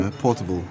portable